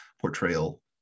portrayal